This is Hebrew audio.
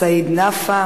סעיד נפאע,